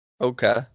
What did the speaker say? Okay